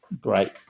great